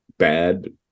bad